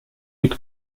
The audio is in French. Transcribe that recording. luc